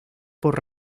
por